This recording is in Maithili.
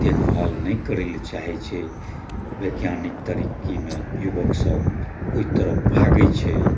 देखभाल नहि करैलए चाहै छै वैज्ञानिक तारक्कीमे युवकसब ओइ तरफ भागै छै